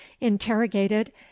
Interrogated